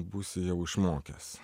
būsiu jau išmokęs